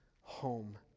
home